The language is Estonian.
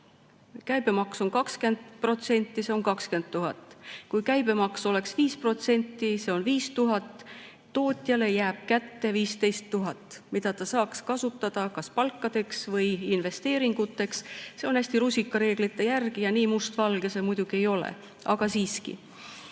käibemaks on 20%, siis see on 20 000. Kui käibemaks oleks 5%, see on 5000, siis tootjale jääks kätte 15 000, mida ta saaks kasutada kas palkadeks või investeeringuteks. See on hästi rusikareegli järgi ja nii mustvalge see muidugi ei ole. Aga siiski. Siin